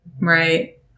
Right